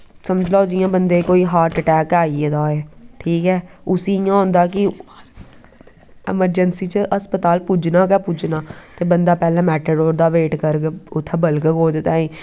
समझी लैओ जियां बंदे कोई हार्ट आटैक गै आई गेदा होऐ ठीक ऐ उसी इयां होंदा कि अमरजैंसी च हस्पताल पुज्जना गै पुज्जना ते बंदा पैह्लैं मैटाडोर दा वेट करग उत्थें बलगग ओह्दे ताईं